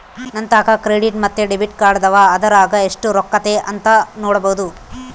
ನಂತಾಕ ಕ್ರೆಡಿಟ್ ಮತ್ತೆ ಡೆಬಿಟ್ ಕಾರ್ಡದವ, ಅದರಾಗ ಎಷ್ಟು ರೊಕ್ಕತೆ ಅಂತ ನೊಡಬೊದು